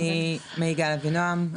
מיגל אבינועם,